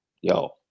yo